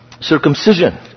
circumcision